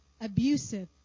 abusive